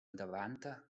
endavant